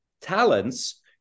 talents